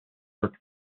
work